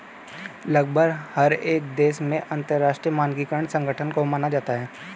लगभग हर एक देश में अंतरराष्ट्रीय मानकीकरण संगठन को माना जाता है